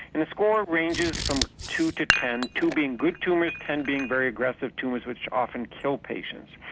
and score ranges from two to ten, two being good tumours, ten being very aggressive tumours which often kill patients.